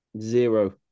Zero